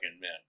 men